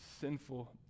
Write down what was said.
sinful